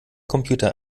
computer